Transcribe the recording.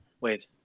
Wait